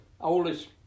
Oldest